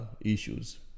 issues